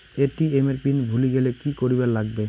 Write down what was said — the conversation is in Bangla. এ.টি.এম এর পিন ভুলি গেলে কি করিবার লাগবে?